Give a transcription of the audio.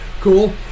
cool